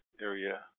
area